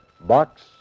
Box